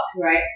right